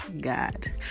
god